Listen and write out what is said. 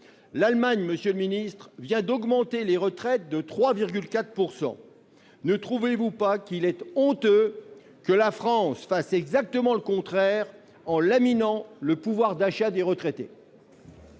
L'Allemagne, monsieur le ministre, vient d'augmenter les retraites de 3,4 %. N'est-il pas honteux que la France fasse exactement le contraire, en laminant le pouvoir d'achat des retraités ?